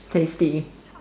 tasty